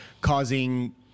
causing